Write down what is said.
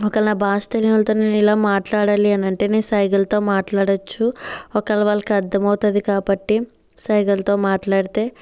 ఒకవేళ నా భాష తెలియనోళ్లతో నేనెలా మాట్లాడాలి అని అంటే నేను సైగలతో మాట్లాడచ్చు ఒకవేళ వాళ్ళకి అర్దం అవుతుంది కాబట్టి సైగలతో మాట్లాడితే